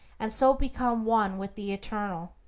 and so become one with the eternal.